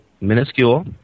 Minuscule